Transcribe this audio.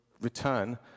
return